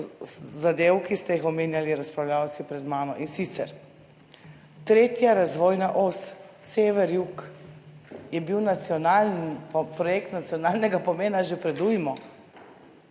zadev, ki ste jih omenjali razpravljavci pred mano. In sicer, 3. razvojna os sever, jug je bila projekt nacionalnega pomena že pred ujmo.